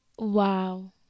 wow